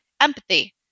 empathy